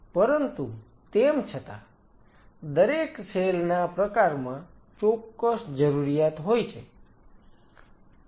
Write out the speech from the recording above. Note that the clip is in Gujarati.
પરંતુ તેમ છતાં દરેક સેલ ના પ્રકારમાં ચોક્કસ જરૂરિયાત હોય છે